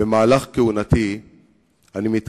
עיקר מהותו וערכו של היחיד אינו נתון